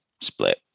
split